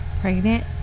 Pregnant